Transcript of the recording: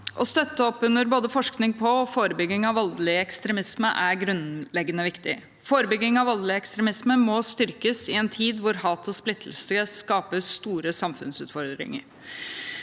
Å støtte opp under både forskning på og forebygging av voldelig ekstremisme er grunnleggende viktig. Forebygging av voldelig ekstremisme må styrkes i en tid hvor hat og splittelse skaper store samfunnsutfordringer.